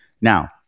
Now